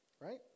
Right